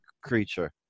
creature